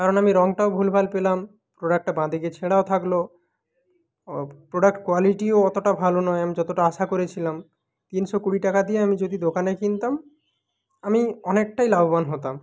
কারণ আমি রঙটাও ভুলভাল পেলাম প্রোডাক্টটা বাঁ দিকে ছেঁড়াও থাকল ও প্রোডাক্ট কোয়ালিটিও অতটা ভালো নয় আমি যতটা আশা করেছিলাম তিনশো কুড়ি টাকা দিয়ে আমি যদি দোকানে কিনতাম আমি অনেকটাই লাভবান হতাম